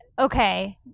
okay